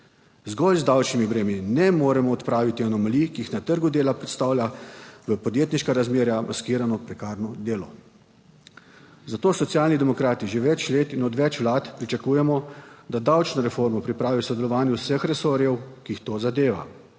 Zgolj z davčnimi bremeni ne moremo odpraviti anomalij, ki jih na trgu dela predstavlja v podjetniška razmerja maskirano prekarno delo. Zato Socialni demokrati že več let in od več vlad pričakujemo, da davčno reformo pripravi v sodelovanju vseh resorjev, ki jih to zadeva,